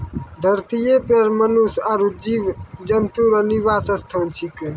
धरतीये पर मनुष्य आरु जीव जन्तु रो निवास स्थान छिकै